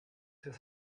his